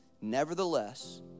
Nevertheless